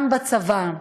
גם בצבא.